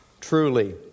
Truly